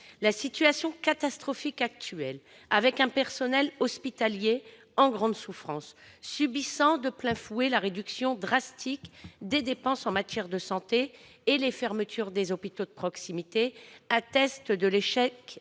La situation catastrophique actuelle, avec un personnel hospitalier en grande souffrance, subissant de plein fouet la réduction drastique des dépenses de santé et les fermetures d'hôpitaux de proximité, atteste de l'échec